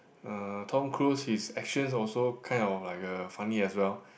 uh Tom Cruise his actions also kind of like a funny as well